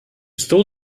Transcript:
stole